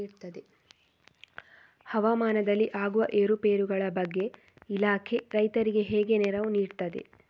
ಹವಾಮಾನದಲ್ಲಿ ಆಗುವ ಏರುಪೇರುಗಳ ಬಗ್ಗೆ ಇಲಾಖೆ ರೈತರಿಗೆ ಹೇಗೆ ನೆರವು ನೀಡ್ತದೆ?